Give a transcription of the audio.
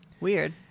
weird